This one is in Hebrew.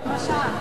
לא יודע.